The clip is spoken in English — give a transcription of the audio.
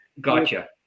gotcha